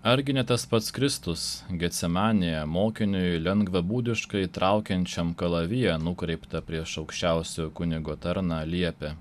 argi ne tas pats kristus getsemanėje mokiniui lengvabūdiškai traukiančiam kalaviją nukreiptą prieš aukščiausio kunigo tarną liepė